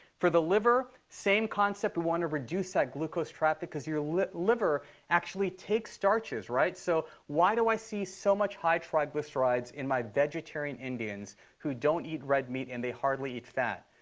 for the liver, same concept. we want to reduce that glucose traffic because your liver liver actually take starches, right? so why do i see so much high triglycerides in my vegetarian indians who don't eat red meat, and they hardly eat fat?